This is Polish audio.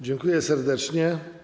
Dziękuję serdecznie.